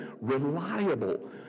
reliable